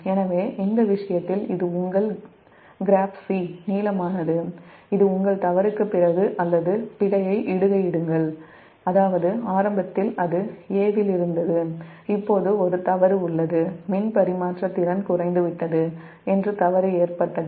எனவே அந்த விஷயத்தில் இது உங்கள் கிராப் 'சி' நீலமானது இது உங்கள் தவறுக்குப் பிறகு அல்லது பிழையை இடுகையிடுங்கள் அதாவது ஆரம்பத்தில் அது 'A' இல் இருந்தது இப்போது ஒரு தவறு உள்ளது மின்பரிமாற்ற திறன் குறைந்துவிட்டது என்று தவறு ஏற்பட்டது